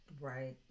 Right